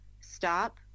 Stop